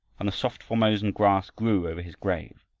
and the soft formosan grass grew over his grave,